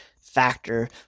factor